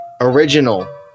Original